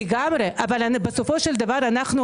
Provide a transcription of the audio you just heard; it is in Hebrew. לגמרי, אבל בסופו של דבר אנחנו